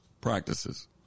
practices